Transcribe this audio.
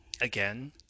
Again